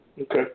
Okay